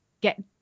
get